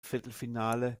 viertelfinale